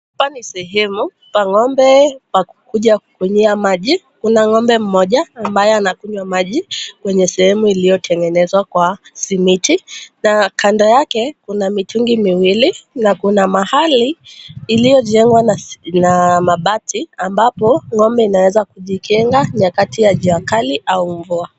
Hapa ni sehemu pa ng'ombe pa kuja kukunyia maji. Kuna ng'ombe mmoja ambaye anakunywa maji kwenye sehemu iliyotengenezwa kwa simiti, na kando yake kuna mitungi miwili na kuna mahali iliyojengwa na na mabati ambapo ng'ombe inaweza kujikinga nyakazi za jua kali au mvua.